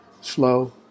Slow